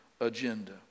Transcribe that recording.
agenda